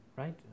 Right